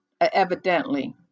evidently